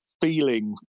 feeling